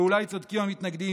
ואולי צודקים המתנגדים,